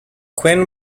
quinn